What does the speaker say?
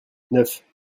neuf